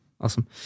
awesome